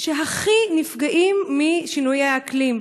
הוא אחד האזורים שהכי נפגעים משינויי האקלים.